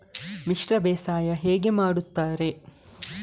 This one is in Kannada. ಮಿಶ್ರ ಬೇಸಾಯ ಹೇಗೆ ಮಾಡುತ್ತಾರೆ?